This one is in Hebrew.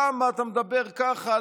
למה אתה מדבר ככה?